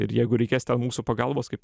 ir jeigu reikės ten mūsų pagalbos kaip